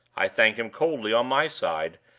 i thanked him coldly on my side,